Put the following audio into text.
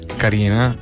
carina